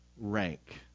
rank